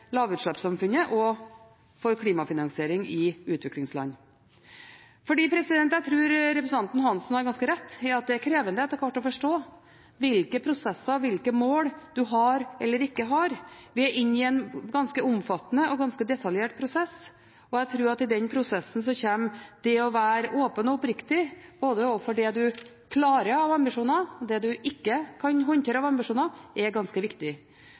lavutslippssamfunnet og for klimafinansiering i utviklingsland. Jeg tror representanten Hansen har ganske rett i at det etter hvert er krevende å forstå hvilke prosesser, hvilke mål, en har eller ikke har. Vi er inne i en ganske omfattende og ganske detaljert prosess. Jeg tror at i den prosessen vil det å være åpen og oppriktig, både overfor det en klarer av ambisjoner, og overfor det en ikke kan håndtere av ambisjoner, være ganske viktig.